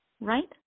right